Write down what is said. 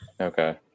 Okay